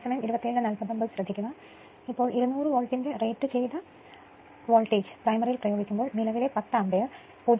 ഇപ്പോൾ 200 വിദ്യുച്ഛക്തിമാത്രയുടെ അനുപാതം വോൾട്ടേജ് പ്രാഥമിക തലത്തിൽ പ്രയോഗിക്കുമ്പോൾ നിലവിലെ 10 ampere 0